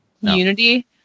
unity